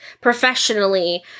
professionally